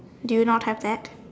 do you not have that